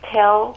tell